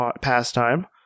pastime